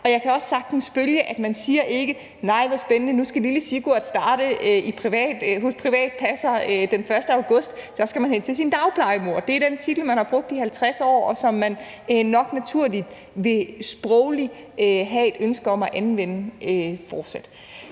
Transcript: Og jeg kan også sagtens følge, at man ikke siger: Nej, hvor spændende, nu skal lille Sigurd starte hos privat passer. Den 1. august skal han hen til sin dagplejemor – det er den titel, man har brugt i 50 år, og som man nok naturligt sprogligt vil have et ønske om at anvende fortsat.